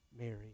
Mary